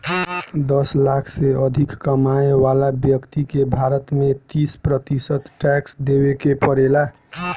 दस लाख से अधिक कमाए वाला ब्यक्ति के भारत में तीस प्रतिशत टैक्स देवे के पड़ेला